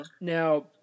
Now